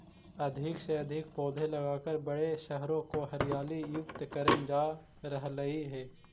अधिक से अधिक पौधे लगाकर बड़े शहरों को हरियाली युक्त करल जा रहलइ हे